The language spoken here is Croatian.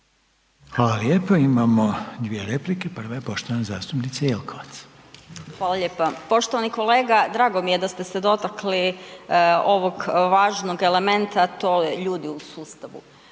Hvala. Imamo dvije replike, prva je poštovana zastupnica Jelkovac. **Jelkovac, Marija (HDZ)** Hvala lijepa. Poštovani kolega. Drago mi je da ste se dotakli ovog važnog elementa, a to je ljudi u sustavu.